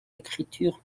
écriture